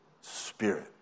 Spirit